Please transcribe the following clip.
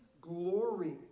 glory